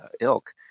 ilk